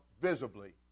visibly